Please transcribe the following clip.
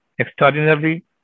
extraordinarily